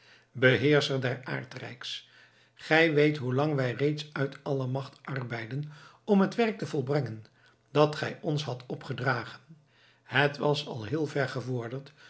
beheerscher des aardrijks gij weet hoe lang wij reeds uit alle macht arbeidden om het werk te volbrengen dat gij ons hadt opgedragen het was al heel ver gevorderd